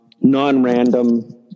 non-random